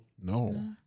No